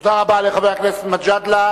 תודה רבה לחבר הכנסת מג'אדלה.